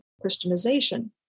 Christianization